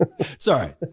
sorry